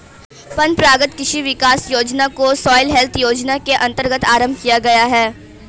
परंपरागत कृषि विकास योजना को सॉइल हेल्थ योजना के अंतर्गत आरंभ किया गया है